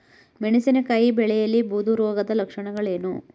ಮೆಣಸಿನಕಾಯಿ ಬೆಳೆಯಲ್ಲಿ ಬೂದು ರೋಗದ ಲಕ್ಷಣಗಳೇನು?